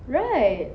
right